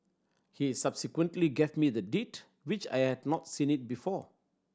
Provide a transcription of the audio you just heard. he subsequently gave me the Deed which I had not seen it before